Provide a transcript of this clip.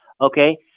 Okay